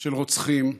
של רוצחים,